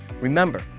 Remember